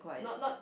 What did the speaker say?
not not